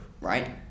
right